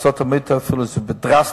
בארצות-הברית זה אפילו עלייה דרסטית,